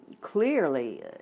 clearly